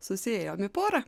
susiėjom į porą